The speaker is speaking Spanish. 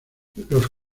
los